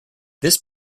this